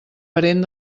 parent